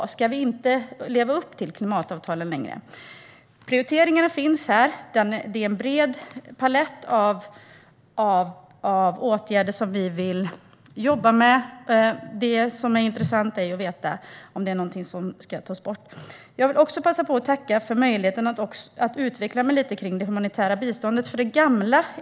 Ska vi inte leva upp till klimatavtalen längre? Prioriteringarna finns här. Det är en bred palett av åtgärder som vi vill jobba med. Det som är intressant att veta är om det är något som ska tas bort. Jag vill passa på att tacka för möjligheten att utveckla mig lite vad gäller det humanitära biståndet.